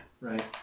right